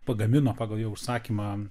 pagamino pagal jo užsakymą